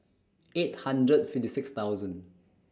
eight hundred fifty six thousand